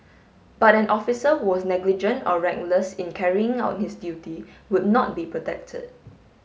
but an officer who was negligent or reckless in carrying out his duty would not be protected